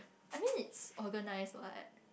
I mean it's organised what